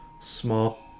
small